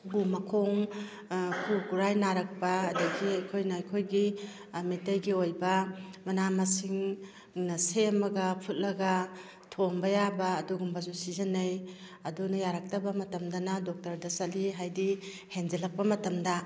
ꯈꯨ ꯃꯈꯣꯡ ꯈꯨ ꯈꯨꯔꯥꯏ ꯅꯥꯔꯛꯄ ꯑꯗꯨꯗꯒꯤ ꯑꯩꯈꯣꯏꯅ ꯑꯩꯈꯣꯏꯒꯤ ꯃꯤꯇꯩꯒꯤ ꯑꯣꯏꯕ ꯃꯅꯥ ꯃꯁꯤꯡꯅ ꯁꯦꯝꯃꯒ ꯐꯨꯠꯂꯒ ꯊꯣꯝꯕ ꯌꯥꯕ ꯑꯗꯨꯒꯨꯝꯕꯁꯨ ꯁꯤꯖꯤꯟꯅꯩ ꯑꯗꯨꯅ ꯌꯥꯔꯛꯇꯕ ꯃꯇꯝꯗꯅ ꯗꯣꯛꯇꯔꯗ ꯆꯠꯂꯤ ꯍꯥꯏꯕꯗꯤ ꯍꯦꯟꯖꯟꯂꯛꯄ ꯃꯇꯝꯗ